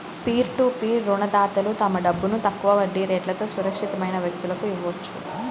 peer to peer రుణదాతలు తమ డబ్బును తక్కువ వడ్డీ రేట్లతో సురక్షితమైన వ్యక్తులకు ఇవ్వొచ్చు